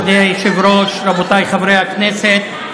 מכובדי היושב-ראש, רבותיי חברי הכנסת,